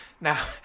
Now